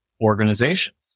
organizations